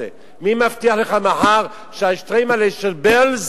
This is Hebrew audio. מי מבטיח לך שמחר השטריימל של בעלז